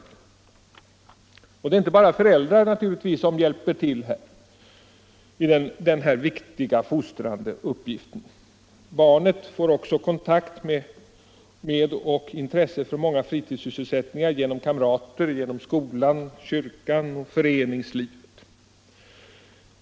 Det är naturligtvis inte bara föräldrar som hjälper till i denna viktiga fostrande uppgift. Barnen får också kontakt med och intresse för många fritidssysselsättningar genom kamraterna, skolan, kyrkan och föreningslivet.